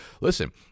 listen